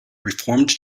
reformed